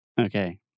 okay